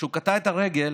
כשהוא קטע את הרגל,